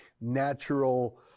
natural